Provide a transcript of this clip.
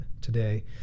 today